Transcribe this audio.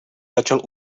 začal